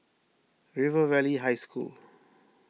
River Valley High School